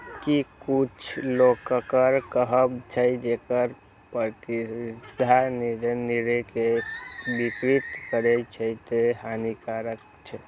किछु लोकक कहब छै, जे कर प्रतिस्पर्धा निवेश निर्णय कें विकृत करै छै, तें हानिकारक छै